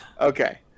Okay